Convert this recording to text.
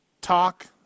talk